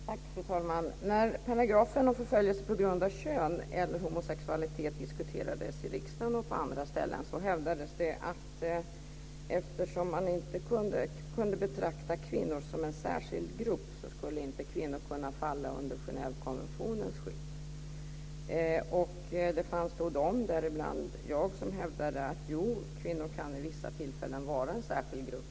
Fru talman! När paragrafen om förföljelse på grund av kön eller homosexualitet diskuterades i riksdagen och på andra ställen hävdades det att eftersom man inte kunde betrakta kvinnor som en särskild grupp skulle inte kvinnor kunna falla under Genèvekonventionens skydd. Det fanns då de, däribland jag, som hävdade att kvinnor vid vissa tillfällen kan vara en särskild grupp.